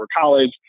college